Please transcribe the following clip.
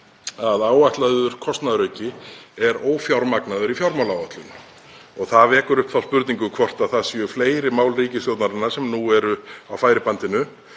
að áætlaður kostnaðarauki er ófjármagnaður í fjármálaáætlun og það vekur upp þá spurningu hvort það séu fleiri mál ríkisstjórnarinnar sem nú eru á færibandinu